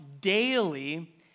daily